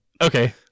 Okay